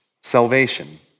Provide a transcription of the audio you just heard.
salvation